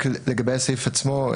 רק לגבי הסעיף עצמו,